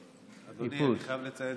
אדוני, אני חייב לציין